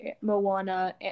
Moana